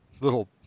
little